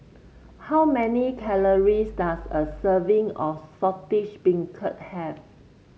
how many calories does a serving of Saltish Beancurd have